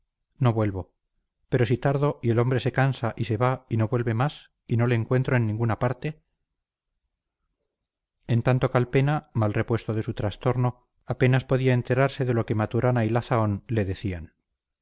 no vuelvo pero si tardo y el hombre se cansa y se va y no vuelve más y no le encuentro en ninguna parte en tanto calpena mal repuesto de su trastorno apenas podía enterarse de lo que maturana y la zahón le decían